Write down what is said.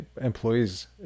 employees